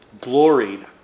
gloried